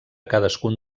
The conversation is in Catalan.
cadascun